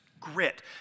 grit